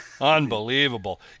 unbelievable